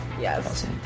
Yes